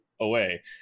away